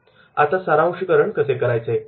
तर आता सारांशिकरण कसे करायचे